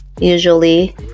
Usually